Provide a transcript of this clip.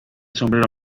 sombrero